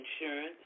insurance